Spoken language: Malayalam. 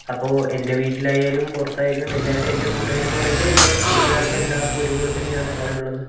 അപ്പൊൾ എൻ്റെ വീട്ടിലായാലും പുറത്തായാലും എല്ലാവരും എൻ്റെ കൂട്ടുകാരെന്നു പറയുമ്പോൾ എൻ്റെ വീട്ടുകാർക്കെല്ലാർക്കും ഒരുപോലെത്തന്നെയാണ് അവരുള്ളത്